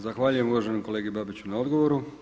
Zahvaljujem uvaženom kolegi Babiću na odgovoru.